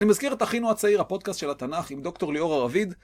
אני מזכיר את אחינו הצעיר, הפודקאסט של התנ״ך, עם דוקטור ליאורה רביד.